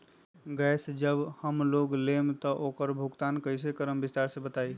Gas जब हम लोग लेम त उकर भुगतान कइसे करम विस्तार मे बताई?